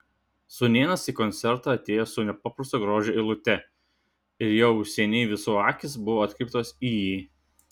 sūnėnas į koncertą atėjo su nepaprasto grožio eilute ir jau seniai visų akys buvo atkreiptos į jį